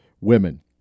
women